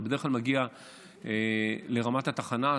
זה בדרך כלל מגיע ברמת התחנה,